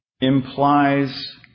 implies